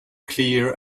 clear